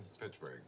Pittsburgh